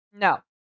No